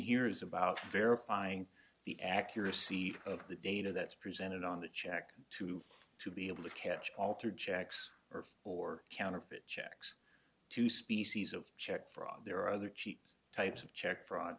is about verifying the accuracy of the data that's presented on the check to to be able to catch altered checks or counterfeit checks to species of check fraud there are other cheap types of check fraud